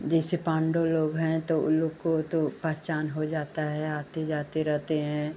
जैसे पांडव लोग हैं तो उन लोग को तो पहचान हो जाती है आते जाते रहते हैं